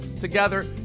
together